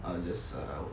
I will just err